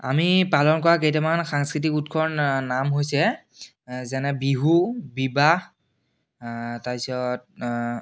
আমি পালন কৰা কেইটামান সাংস্কৃতিক উৎসৱৰ না নাম হৈছে যেনে বিহু বিবাহ তাৰপিছত